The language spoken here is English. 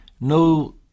no